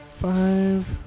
Five